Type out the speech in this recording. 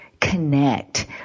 connect